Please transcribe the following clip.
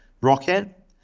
rocket